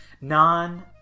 non